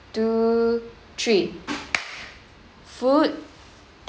two three food